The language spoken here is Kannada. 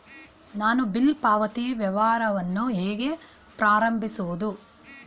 ನಾನು ಬಿಲ್ ಪಾವತಿ ವ್ಯವಹಾರವನ್ನು ಹೇಗೆ ಪ್ರಾರಂಭಿಸುವುದು?